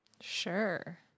Sure